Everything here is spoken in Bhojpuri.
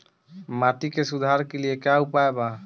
माटी के सुधार के लिए का उपाय बा?